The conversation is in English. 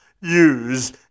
use